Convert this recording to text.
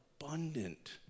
abundant